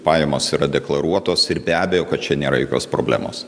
pajamos yra deklaruotos ir be abejo kad čia nėra jokios problemos